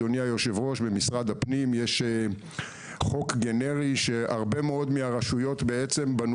במשרד הפנים יש חוק גנרי שהרבה מאוד רשויות בנו